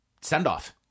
send-off